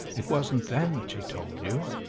it wasn't then that she told you?